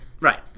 Right